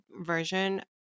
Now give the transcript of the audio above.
version